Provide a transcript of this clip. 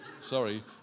Sorry